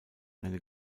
eine